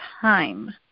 time